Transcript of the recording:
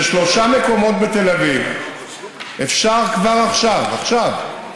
בשלושה מקומות בתל אביב אפשר כבר עכשיו, עכשיו,